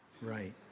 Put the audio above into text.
right